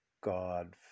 God